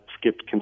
skipped